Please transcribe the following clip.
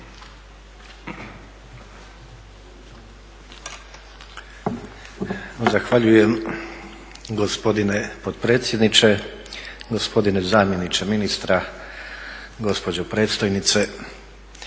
Zahvaljujem gospodine potpredsjedniče. Gospodine zamjeniče ministra, gospođo predstojnice.